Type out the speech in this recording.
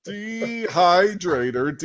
Dehydrator